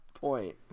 point